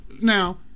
Now